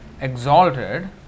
exalted